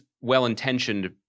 well-intentioned